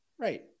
Right